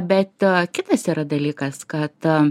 bet kitas yra dalykas kad